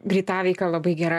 greitaveika labai gera